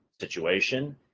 situation